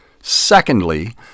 Secondly